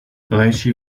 leží